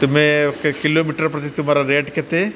ତୁମେ କିଲୋମିଟର ପ୍ରତି ତୁମର ରେଟ୍ କେତେ